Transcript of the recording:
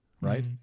Right